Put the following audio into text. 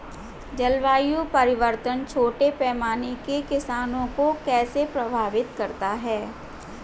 जलवायु परिवर्तन छोटे पैमाने के किसानों को कैसे प्रभावित करता है?